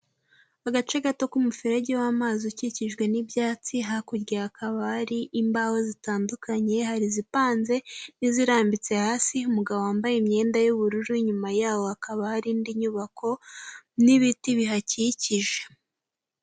Agace gato k'umuferage w'amazi ukikijwe n'ibyatsi, hakurya hakaba hari imbaho zitandukanye, hari izipanze n'izirambitse hasi, umugabo wambaye imyenda y'ubururu, inyuma yaho hakaba hari indi nyubako n'ibiti bihakikije.